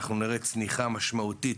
להשלים.